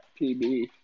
PB